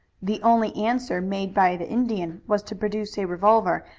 the only answer made by the indian was to produce a revolver,